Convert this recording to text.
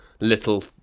little